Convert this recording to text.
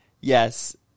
yes